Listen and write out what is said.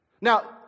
Now